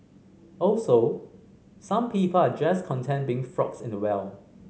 also some people are just content being frogs in a well